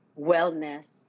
wellness